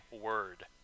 word